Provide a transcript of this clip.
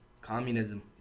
communism